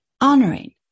Honoring